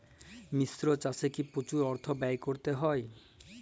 মিশ্র চাষে কি প্রচুর অর্থ ব্যয় করতে হয়?